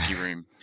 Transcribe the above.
room